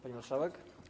Pani Marszałek!